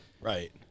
Right